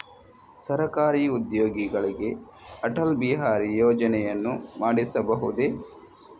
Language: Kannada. ಸರಕಾರಿ ಉದ್ಯೋಗಿಗಳಿಗೆ ಅಟಲ್ ಬಿಹಾರಿ ಯೋಜನೆಯನ್ನು ಮಾಡಿಸಬಹುದೇ?